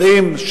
יודעים,